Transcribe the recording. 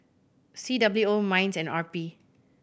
C W O MINDS and R P